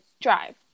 drive